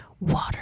Water